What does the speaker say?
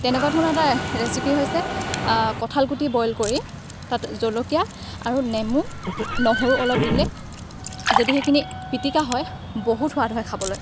তেনেকুৱা ধৰণৰ এটা ৰেচিপি হৈছে কঁঠালগুটি বইল কৰি তাত জলকীয়া আৰু নেমু নহৰু অলপ দিলে যদি সেইখিনি পিটিকা হয় বহুত সোৱাদ হয় খাবলৈ